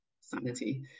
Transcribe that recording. sanity